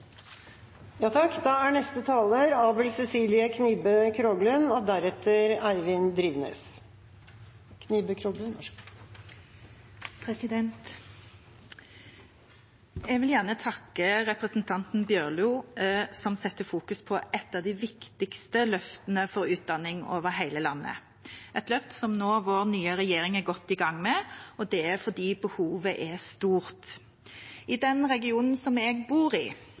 Jeg vil gjerne takke representanten Bjørlo, som setter fokus på et av de viktigste løftene for utdanning over hele landet, et løft som vår nye regjering nå er godt i gang med, og det er fordi behovet er stort. I den regionen jeg bor i,